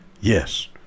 Yes